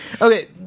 Okay